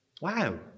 Wow